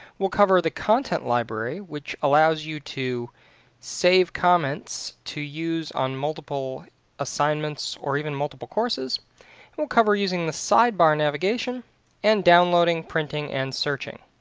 we'll cover the content library which allows you to save comments to use on multiple assignments or even multiple courses and we'll cover using the sidebar navigation and downloading, printing, and searching.